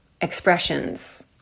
expressions